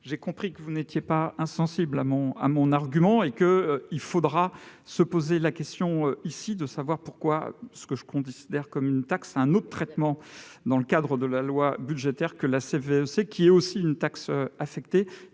J'ai compris que vous n'étiez pas insensible à mon argument : il faudra que nous nous posions la question de savoir pourquoi ce que je considère comme une taxe fait l'objet d'un autre traitement, dans le cadre de la loi budgétaire, que la CVEC, qui est également une taxe affectée